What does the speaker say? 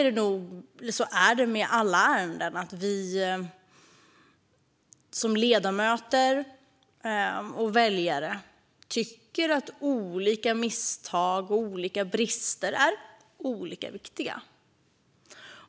Det är så när det gäller alla ärenden att vi som ledamöter och väljare tycker att olika misstag och olika brister är olika viktiga.